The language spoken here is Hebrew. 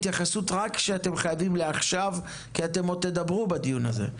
עכשיו רק ההתייחסות שאתם חייבים כי אתם עוד תדברו בדיון הזה.